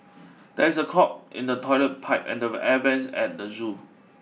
there is a clog in the toilet pipe and the air vents at the zoo